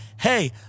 hey